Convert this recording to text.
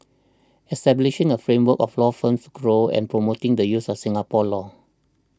establishing a framework for law firms to grow and promoting the use of Singapore law